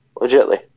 Legitly